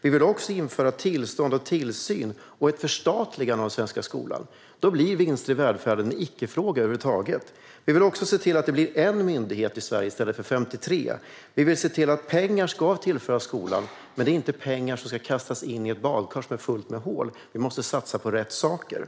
Vi vill också införa tillstånd, tillsyn och ett förstatligande av den svenska skolan. Då blir vinster i välfärden en icke-fråga. Vi vill också se till att det blir en myndighet i Sverige i stället för 53 myndigheter. Pengar ska tillföras skolan, men de ska inte kastas ned i ett badkar som är fullt med hål. Vi måste satsa på rätt saker.